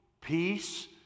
peace